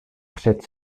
před